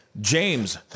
James